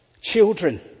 children